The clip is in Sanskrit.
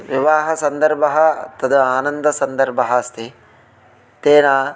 विवाहसन्दर्भः तद् आनन्दसन्दर्भः अस्ति तेन